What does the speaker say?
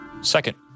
Second